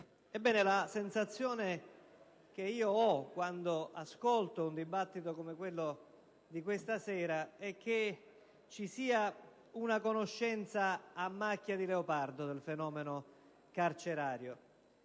La sensazione che ho quando ascolto un dibattito come quello di questa sera è che ci sia una conoscenza a macchia di leopardo del fenomeno carcerario,